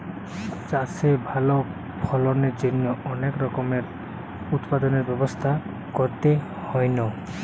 চাষে ভালো ফলনের জন্য অনেক রকমের উৎপাদনের ব্যবস্থা করতে হইন